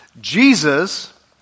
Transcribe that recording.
jesus